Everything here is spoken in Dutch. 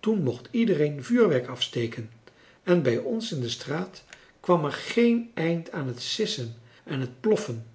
toen mocht iedereen vuurwerk afsteken en bij ons in de straat kwam er geen eind aan het sissen en het ploffen